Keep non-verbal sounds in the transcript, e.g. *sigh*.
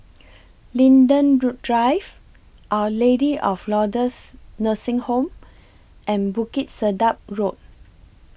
Linden *noise* Drive Our Lady of Lourdes Nursing Home and Bukit Sedap Road